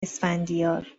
اسفندیار